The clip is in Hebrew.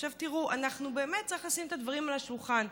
עכשיו תראו, באמת צריך לשים את הדברים על השולחן.